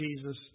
Jesus